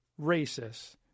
racists